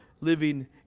living